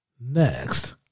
Next